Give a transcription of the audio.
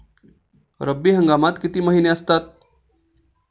रब्बी हंगामात किती महिने असतात?